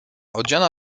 odziana